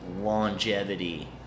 longevity